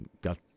got